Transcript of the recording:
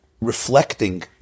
reflecting